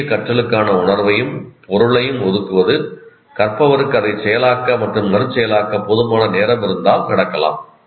புதிய கற்றலுக்கான உணர்வையும் பொருளையும் ஒதுக்குவது கற்பவருக்கு அதைச் செயலாக்க மற்றும் மறுசெயலாக்க போதுமான நேரம் இருந்தால் நடக்கலாம்